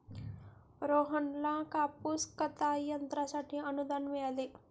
रोहनला कापूस कताई यंत्रासाठी अनुदान मिळाले